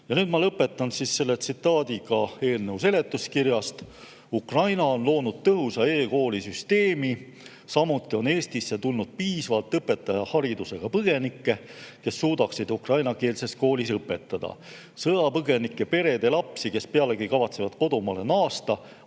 Ma lõpetan [kahe] tsitaadiga eelnõu seletuskirjast. "Ukraina on loonud selleks tõhusa e-kooli süsteemi. Samuti on Eestisse tulnud piisavalt õpetaja haridusega põgenikke, kes suudaksid ukrainakeelses koolis õpetada. Sõjapõgenike perede lapsi, kes pealegi kavatsevad kodumaale naasta,